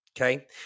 Okay